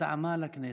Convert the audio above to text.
מטעמה לכנסת.